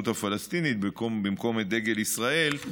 הפלסטינית במקום את דגל מדינת ישראל,